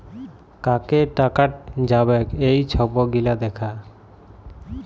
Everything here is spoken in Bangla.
কাকে টাকাট যাবেক এই ছব গিলা দ্যাখা